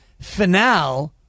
finale